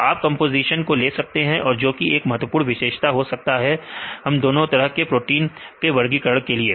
तो आप कंपोजीशन को ले सकते हैं जो की एक महत्वपूर्ण विशेषता हो सकता है हम दोनों तरह के प्रोटीन के वर्गीकरण के लिए